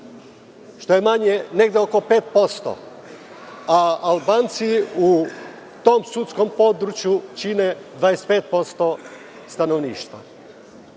što je negde oko 5%, a Albanci u tom sudskom području čine 25% stanovništva.